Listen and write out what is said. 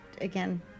again